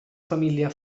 familia